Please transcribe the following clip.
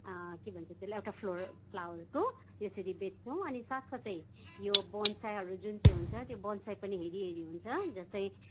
के भन्छ त्यसलाई एउटा फ्लोर फ्लावरको यसरी बेच्छौँ अनि साथसाथै यो बोनसाईहरू जुन चाहिँ हुन्छ त्यो बोनसाई पनि हेरि हेरि हुन्छ जस्तै